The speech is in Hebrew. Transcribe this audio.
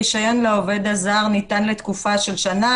רישיון לעובד הזר ניתן לתקופה של שנה,